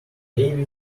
cavity